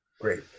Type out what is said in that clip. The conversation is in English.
Great